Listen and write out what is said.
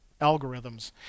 algorithms